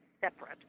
separate